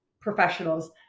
professionals